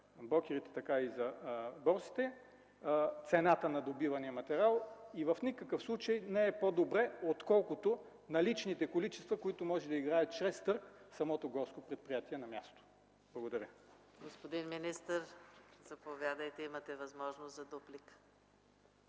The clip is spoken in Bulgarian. брокерите, така и за борсите и цената на добивания материал в никакъв случай не е по-добра, отколкото наличните количества, които може да играе чрез търг самото горско предприятия на място. Благодаря. ПРЕДСЕДАТЕЛ ЕКАТЕРИНА МИХАЙЛОВА: Господин министър, заповядайте, имате възможност за дуплика.